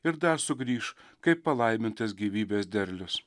ir dar sugrįš kaip palaimintas gyvybės derlius